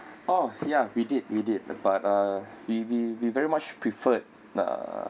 orh ya we did we did but uh we we we very much preferred uh